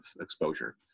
exposure